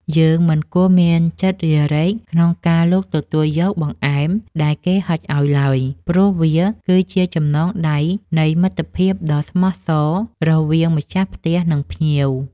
យើងមិនគួរមានចិត្តរារែកក្នុងការលូកទទួលយកបង្អែមដែលគេហុចឱ្យឡើយ ព្រោះវាគឺជាចំណងដៃនៃមិត្តភាពដ៏ស្មោះសររវាងម្ចាស់ផ្ទះនិងភ្ញៀវ។